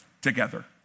together